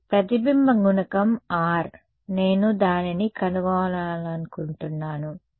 ప్రతిబింబ గుణకం R నేను దానిని కనుగొనాలనుకుంటున్నాను అని నాకు తెలియదు